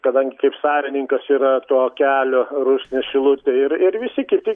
kadangi kaip savininkas yra to kelio rusnė šilutė ir ir visi kiti